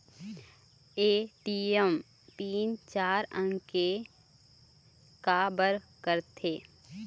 ATM pin चार अंक के का बर करथे?